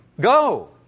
Go